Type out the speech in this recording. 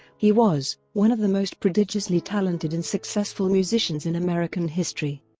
he was one of the most prodigiously talented and successful musicians in american history.